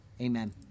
Amen